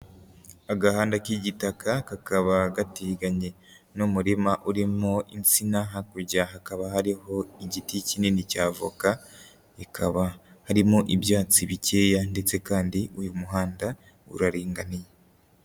Agahanda k'igitaka kakaba gateganye n'umurima urimo insina, hakurya hakaba hariho igiti kinini cya avoka bikaba harimo ibyatsi bikeya ndetse kandi uyu muhanda uraringaniye.